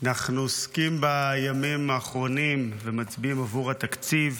אנחנו עוסקים בימים האחרונים ומצביעים עבור התקציב.